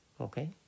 Okay